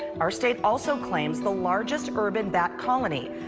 our state also claims the largest urban bat colony.